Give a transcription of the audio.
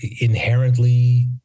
inherently